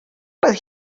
but